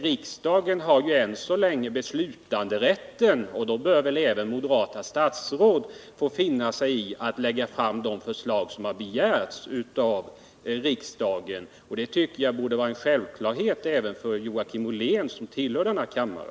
Riksdagen har än så länge beslutanderätten, och då bör väl även moderata statsråd finna sig i att lägga fram de förslag som har begärts av riksdagen. Det borde vara en självklarhet även för Joakim Ollén, som tillhör denna kammare.